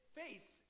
face